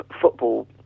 football